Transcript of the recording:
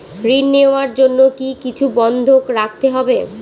ঋণ নেওয়ার জন্য কি কিছু বন্ধক রাখতে হবে?